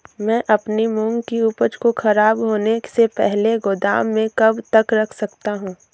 मैं अपनी मूंग की उपज को ख़राब होने से पहले गोदाम में कब तक रख सकता हूँ?